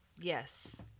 yes